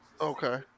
Okay